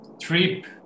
trip